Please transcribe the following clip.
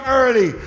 early